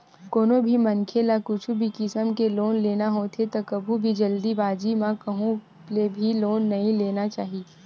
कोनो भी मनखे ल कुछु भी किसम के लोन लेना होथे त कभू भी जल्दीबाजी म कहूँ ले भी लोन नइ ले लेना चाही